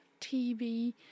tv